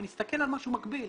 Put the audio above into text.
אבל נסתכל על משהו מקביל.